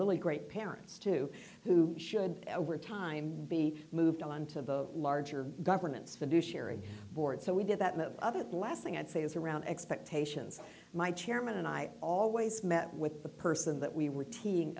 really great parents too who should our time be moved on to the larger governance fiduciary board so we did that many other last thing i'd say is around expectations my chairman and i always met with the person that we were tea